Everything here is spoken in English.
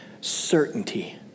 certainty